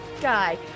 guy